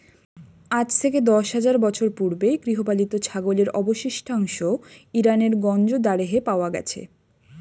আজ থেকে দশ হাজার বছর পূর্বে গৃহপালিত ছাগলের অবশিষ্টাংশ ইরানের গঞ্জ দারেহে পাওয়া গেছে